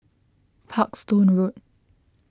Parkstone Road